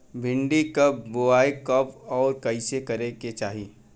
भिंडी क बुआई कब अउर कइसे करे के चाही?